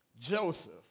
Joseph